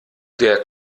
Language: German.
der